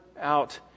out